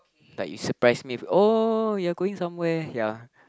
like you surprise me oh you're going somewhere ya